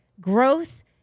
growth